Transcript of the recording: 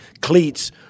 cleats